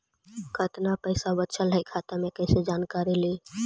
कतना पैसा बचल है खाता मे कैसे जानकारी ली?